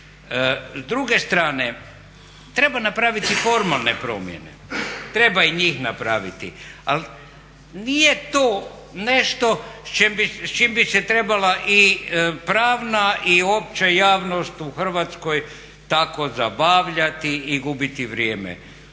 S druge strane, treba napraviti formalne promjene, treba i njih napraviti ali nije to nešto s čime bi se trebala i pravna i opća javnost u Hrvatskoj tako zabavljati i gubiti vrijeme,